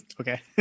Okay